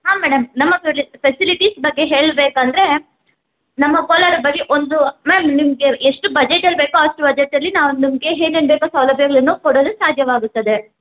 ಹಾಂ ಮೇಡಮ್ ನಮ್ಮ ಕಡೆ ಫೆಸಿಲಿಟೀಸ್ ಬಗ್ಗೆ ಹೇಳಬೇಕಂದ್ರೆ ನಮ್ಮ ಕೋಲಾರದ ಬಗ್ಗೆ ಒಂದು ಮ್ಯಾಮ್ ನಿಮಗೆ ಎಷ್ಟು ಬಜೆಟಲ್ಲಿ ಬೇಕೋ ಅಷ್ಟು ಬಜೆಟಲ್ಲಿ ನಾನು ನಿಮಗೆ ಏನೇನು ಬೇಕೋ ಸೌಲಭ್ಯಗಳನ್ನು ಕೊಡಲು ಸಾಧ್ಯವಾಗುತ್ತದೆ